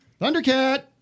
Thundercat